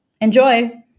Enjoy